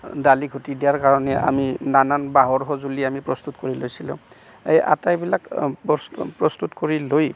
দালি ঘুটি দিয়াৰ কাৰণে আমি নানান বাঁহৰ সঁজুলি আমি প্ৰস্তুত কৰি লৈছিলোঁ এই আটাইবিলাক বস্তু প্ৰস্তুত কৰি লৈ